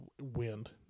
wind